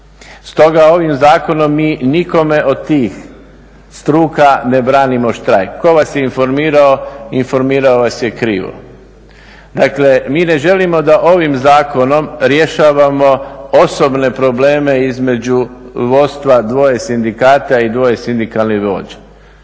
Stoga ovim zakonom mi nikome od tih struka ne branimo štrajk. Tko vas je informirao, informirao vas je krivo. Dakle, mi ne želimo da ovim zakonom rješavamo osobne probleme između vodstva dvoje sindikata i dvoje sindikalnih vođa.